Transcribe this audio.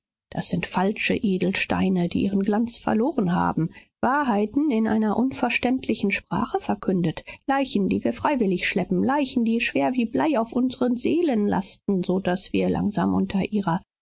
das sind falsche edelsteine die ihren glanz verloren haben wahrheiten in einer unverständlichen sprache verkündet leichen die wir freiwillig schleppen leichen die schwer wie blei auf unseren seelen lasten so daß wir langsam unter ihrer